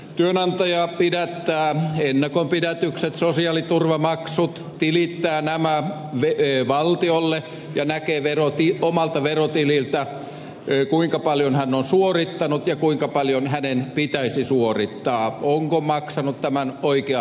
työnantaja pidättää ennakonpidätykset sosiaaliturvamaksut tilittää nämä valtiolle ja näkee omalta verotililtään kuinka paljon hän on suorittanut ja kuinka paljon hänen pitäisi suorittaa onko maksanut oikean summan